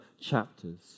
chapters